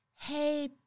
hey